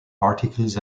articles